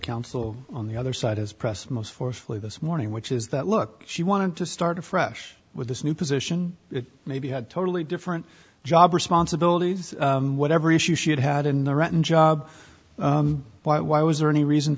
counsel on the other side has press most forcefully this morning which is that look she wanted to start afresh with this new position maybe had totally different job responsibilities whatever issue she had had in the rotten job why was there any reason